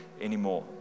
anymore